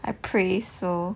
I pray so